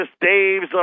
Dave's